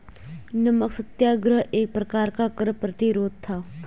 नमक सत्याग्रह एक प्रकार का कर प्रतिरोध था